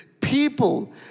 People